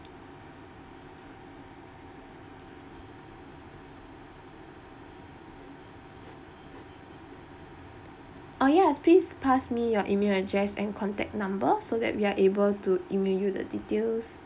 oh yes please pass me your email address and contact number so that we are able to email you the details